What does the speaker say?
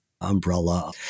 umbrella